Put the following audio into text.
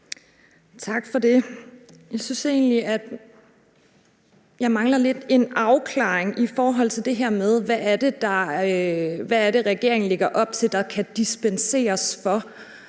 Tak for det. Jeg synes egentlig, at jeg lidt mangler en afklaring i forhold til det her med, hvad det er, regeringen lægger op til der kan dispenseres for.